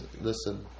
listen